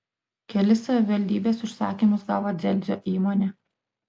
kelis savivaldybės užsakymus gavo dzelzio įmonė